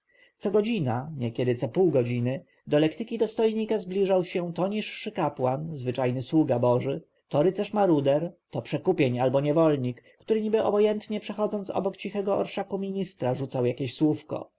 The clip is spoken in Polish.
godzinę niekiedy co pół godziny do lektyki dostojnika zbliżał się to niższy kapłan zwyczajny sługa boży to żołnierz-maruder to przekupień albo niewolnik który niby obojętnie przechodząc obok cichego orszaku ministra rzucał jakieś słówko